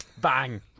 Bang